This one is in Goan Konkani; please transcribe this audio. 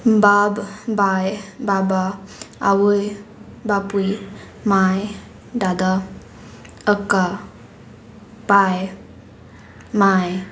बाब बाय बाबा आवय बापूय माय दादा अक्का पाय माय